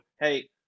Hey